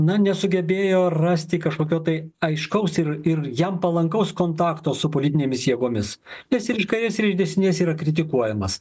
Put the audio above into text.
na nesugebėjo rasti kažkokio tai aiškaus ir ir jam palankaus kontakto su politinėmis jėgomis nes ir iš kairės ir iš dešinės yra kritikuojamas